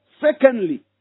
secondly